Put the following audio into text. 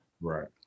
Right